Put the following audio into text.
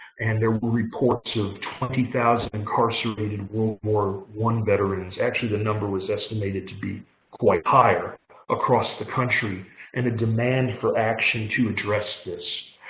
and there were reports of twenty thousand incarcerated world war i veterans actually, the number was estimated to be quite higher across the country and a demand for action to address this.